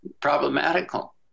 problematical